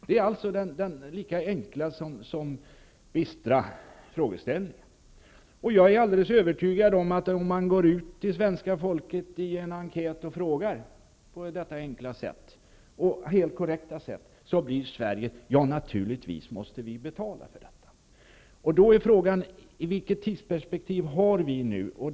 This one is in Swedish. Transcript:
Det är den lika enkla som bistra frågeställningen. Jag är alldeles övertygad om att om man på detta enkla och helt korrekta sätt i en enkät frågar svenska folket blir svaret: Ja, naturligtvis måste vi betala för detta. Frågan är då vilket tidsperspektiv vi har att räkna med.